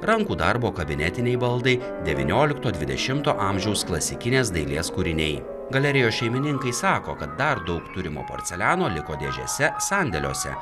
rankų darbo kabinetiniai baldai devyniolikto dvidešimto amžiaus klasikinės dailės kūriniai galerijos šeimininkai sako kad dar daug turimo porceliano liko dėžėse sandėliuose